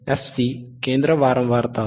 fc केंद्र वारंवारता आहे